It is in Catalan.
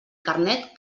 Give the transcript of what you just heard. carnet